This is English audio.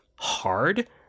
hard